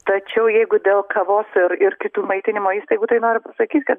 tačiau jeigu dėl kavos ir ir kitų maitinimo įstaigų tai noriu pasakyt kad